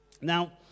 Now